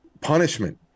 punishment